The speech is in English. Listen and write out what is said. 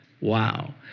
Wow